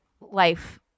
life